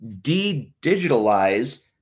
de-digitalize